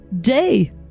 Day